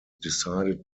decided